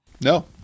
No